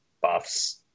buffs